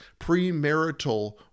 premarital